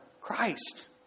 Christ